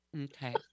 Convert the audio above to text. Okay